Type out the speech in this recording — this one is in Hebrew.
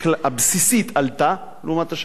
הבסיסית עלתה לעומת השנה שעברה,